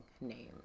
name